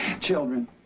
Children